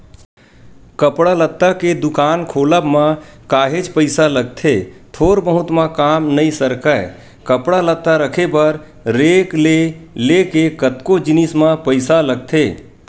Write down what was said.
कपड़ा लत्ता के दुकान खोलब म काहेच पइसा लगथे थोर बहुत म काम नइ सरकय कपड़ा लत्ता रखे बर रेक ले लेके कतको जिनिस म पइसा लगथे